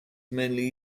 mainly